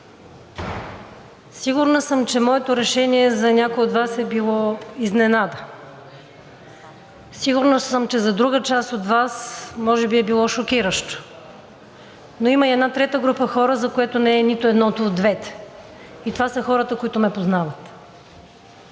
Сигурна съм, че моето решение за някои от Вас е било изненада. Сигурна съм, че за друга част от Вас може би е било шокиращо. Но има и една трета група хора, за която не е нито едното от двете. И това са хората, които ме познават.